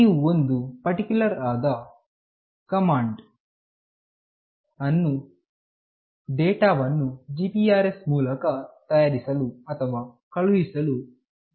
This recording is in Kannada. ನೀವು ಒಂದು ಪರ್ಟಿಕುಲರ್ ಆದ ಕಮಾಂಡ್ ಅನ್ನು ಡೇಟಾವನ್ನು GPRS ಮೂಲಕ ತಯಾರಿಸಲು ಅಥವಾ ಕಳುಹಿಸಲು ಉಪಯೋಗಿಸಬೇಕು